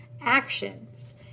actions